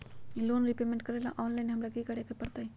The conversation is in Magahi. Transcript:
लोन रिपेमेंट करेला ऑनलाइन हमरा की करे के परतई?